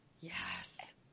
yes